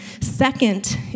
Second